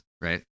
right